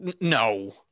No